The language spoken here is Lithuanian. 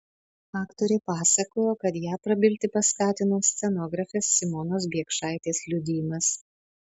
aktorė pasakojo kad ją prabilti paskatino scenografės simonos biekšaitės liudijimas